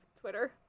Twitter